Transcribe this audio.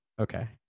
okay